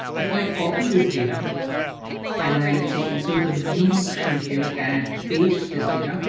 if i copy this data and i, let's say, insert a new sheet here and paste this data,